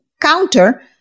counter